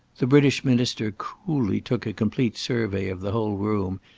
the british minister coolly took a complete survey of the whole room,